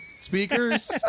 speakers